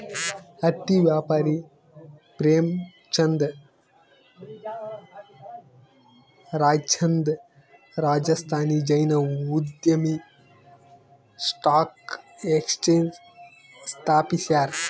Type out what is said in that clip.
ಹತ್ತಿ ವ್ಯಾಪಾರಿ ಪ್ರೇಮಚಂದ್ ರಾಯ್ಚಂದ್ ರಾಜಸ್ಥಾನಿ ಜೈನ್ ಉದ್ಯಮಿ ಸ್ಟಾಕ್ ಎಕ್ಸ್ಚೇಂಜ್ ಸ್ಥಾಪಿಸ್ಯಾರ